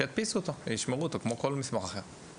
שידפיסו אותו וישמרו אותו כמו כל מסמך אחר.